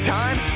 time